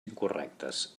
incorrectes